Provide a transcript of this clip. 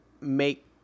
make